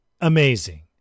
Amazing